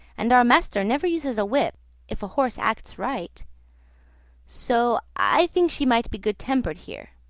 and our master never uses a whip if a horse acts right so i think she might be good-tempered here.